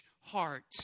heart